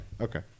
okay